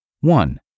One